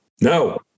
no